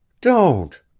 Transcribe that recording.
Don't